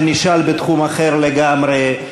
שנשאל בתחום אחר לגמרי,